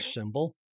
symbol